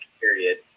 period